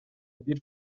бир